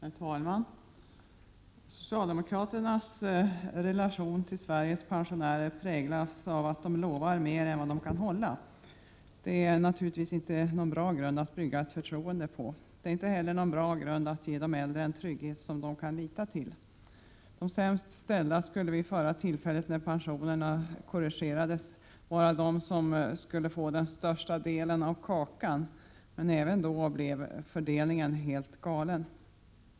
Herr talman! Socialdemokraternas relation till Sveriges pensionärer präglas av att socialdemokraterna lovar mer än vad de kan hålla. Det är naturligtvis inte någon bra grund att bygga ett förtroende på. Det är inte heller någon bra grund för att ge de äldre en trygghet som de kan lita till. De de som skulle få den största delen av kakan, men även då blev det en helt galen fördelning.